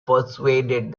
persuaded